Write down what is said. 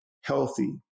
healthy